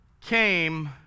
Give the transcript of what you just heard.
came